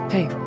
Hey